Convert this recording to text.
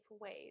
ways